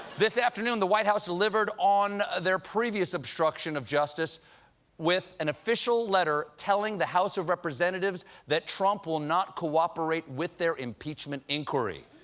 this afternoon, the white house delivered on their previous obstruction of justice with an official letter telling the house of representatives that trump will not cooperate with their impeachment inquiry.